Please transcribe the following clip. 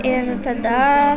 ir tada